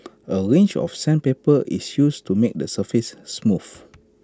A range of sandpaper is used to make the surface smooth